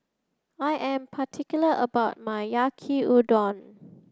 I am particular about my Yaki Udon